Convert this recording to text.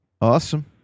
awesome